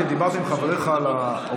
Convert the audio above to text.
כי דיברת עם חבריך לאופוזיציה.